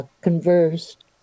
Conversed